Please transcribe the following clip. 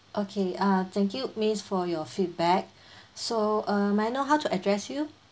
okay uh thank you miss for your feedback so uh may I know how to address you